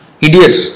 idiots